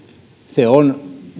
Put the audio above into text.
se on